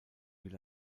will